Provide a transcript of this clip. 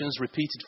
repeated